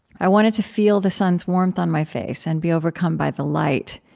i wanted to feel the sun's warmth on my face and be overcome by the light,